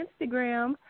Instagram